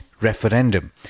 referendum